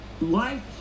life